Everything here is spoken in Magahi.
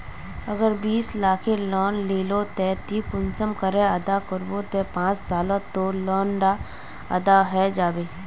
अगर बीस लाखेर लोन लिलो ते ती कुंसम करे अदा करबो ते पाँच सालोत तोर लोन डा अदा है जाबे?